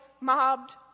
mobbed